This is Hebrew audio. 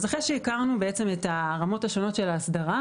אחרי שהכרנו את הרמות השונות של ההסדרה,